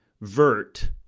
vert